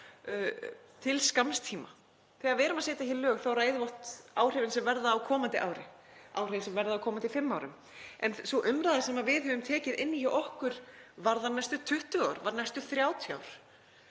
til skamms tíma. Þegar við erum að setja hér lög þá ræðum við oft áhrifin sem verða á komandi ári, áhrifin sem verða á komandi fimm árum en sú umræða sem við höfum tekið inni hjá okkur varðar næstu 20 ár, varðar næstu 30 ár.